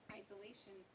isolation